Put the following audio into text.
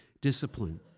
discipline